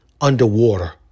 underwater